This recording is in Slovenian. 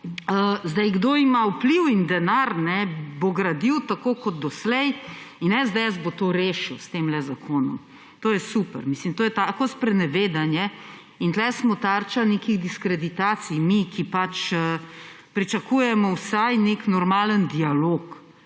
Zdaj, kdor ima vpliv in denar, bo gradil tako kot doslej in SDS bo to rešil s temle zakonom. To je super. Mislim, to je tako sprenevedanje in tukaj smo tarča nekih diskreditacij mi, ki pač pričakujemo vsaj nek normalen dialog,